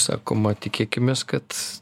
sakoma tikėkimės kad